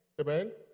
Amen